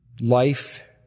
life